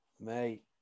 Mate